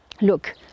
Look